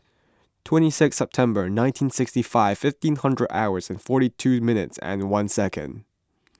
twenty six September nineteen sixty five fifteen hundred hours forty two minutes and one second